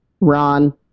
Ron